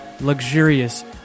luxurious